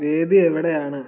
വേദി എവിടെയാണ്